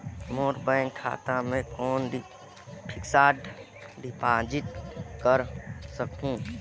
मोर bank खाता मे कौन फिक्स्ड डिपॉजिट कर सकहुं?